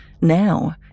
Now